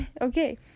Okay